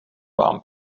vám